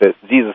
Jesus